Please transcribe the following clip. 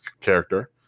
character